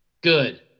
Good